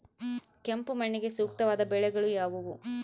ಕೆಂಪು ಮಣ್ಣಿಗೆ ಸೂಕ್ತವಾದ ಬೆಳೆಗಳು ಯಾವುವು?